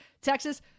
Texas